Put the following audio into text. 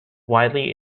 widely